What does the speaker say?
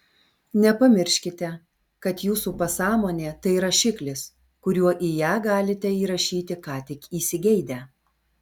nepamirškite kad jūsų pasąmonė tai rašiklis kuriuo į ją galite įrašyti ką tik įsigeidę